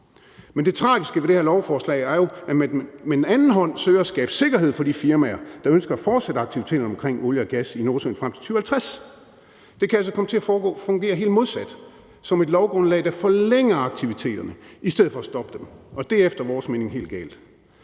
Men det tragiske ved det her lovforslag er jo, at man med den anden hånd søger at skabe sikkerhed for de firmaer, der ønsker at fortsætte aktiviteterne omkring olie og gas i Nordsøen frem til 2050. Det kan altså komme til at fungere helt modsat – som et lovgrundlag, der forlænger aktiviteterne i stedet for at stoppe dem – og det er efter vores mening helt galt.